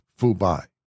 Fubai